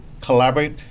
collaborate